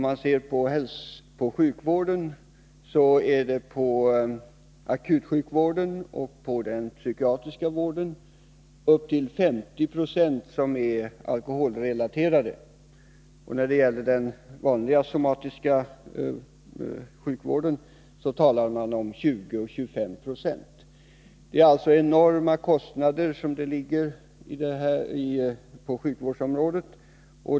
Vi vet att av akutsjukvården och den psykiatriska vården är det upp till 50 26 som är alkoholrelaterad. När det gäller den vanliga somatiska sjukvården talar man om 20-25 96. Det är alltså enorma kostnader på sjukvårdsområdet.